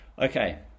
Okay